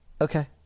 Okay